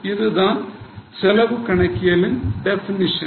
இதுதான் செலவு கணக்கியலின் டெபினிஷன்